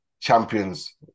champions